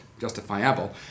justifiable